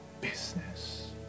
business